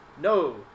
no